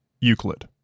Euclid